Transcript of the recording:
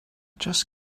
just